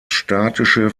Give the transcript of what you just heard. statische